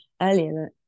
earlier